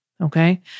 Okay